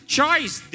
choice